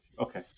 okay